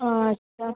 ও আচ্ছা